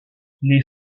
les